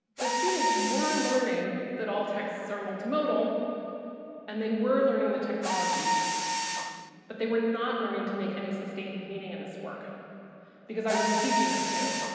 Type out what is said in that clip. the students were learning that all texts are multimodal and they were learning the technologies but they were not learning to make any sustained meaning in this work because i wasn't teaching them to.